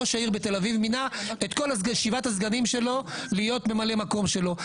ראש העיר בתל אביב מינה את כל שבעת הסגנים שלו להיות ממלאי מקום שלו,